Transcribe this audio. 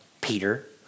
Peter